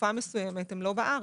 תקופה מסוימת הם לא בארץ,